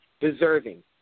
deserving